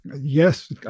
Yes